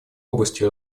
области